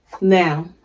Now